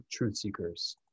truthseekers